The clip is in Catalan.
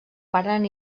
varen